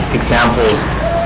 examples